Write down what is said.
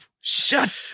Shut